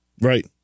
Right